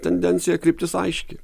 tendencija kryptis aiški